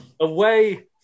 away